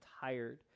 tired